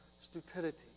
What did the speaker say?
stupidity